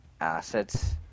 assets